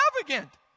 extravagant